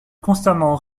constamment